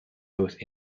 both